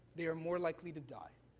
they are more likely to die.